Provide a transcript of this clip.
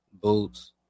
Boots